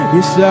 Yes